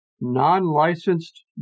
non-licensed